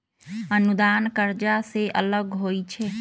अनुदान कर्जा से अलग होइ छै